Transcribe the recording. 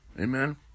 Amen